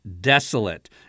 desolate